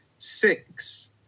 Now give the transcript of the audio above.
Six